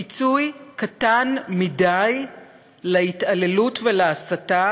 פיצוי קטן מדי על ההתעללות וההסתה